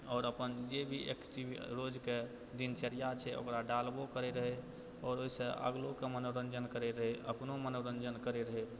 आओर अपन जे भी एक्टिविटीज रोजके दिनचर्या छै ओकरा डालबो करै रहै आओर ओहिसँ अगलोके मनोरञ्जन करै रहै अपनो मनोरञ्जन करै रहै